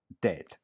dead